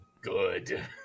Good